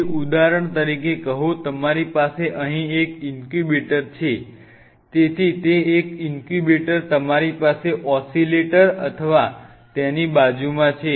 તેથી ઉદાહરણ તરીકે કહો તમારી પાસે અહીં એક ઇન્ક્યુબેટર છે તેથી તે એક ઇન્ક્યુબેટર તમારી પાસે ઓસિલેટર અથવા તેની બાજુમાં છે